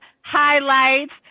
highlights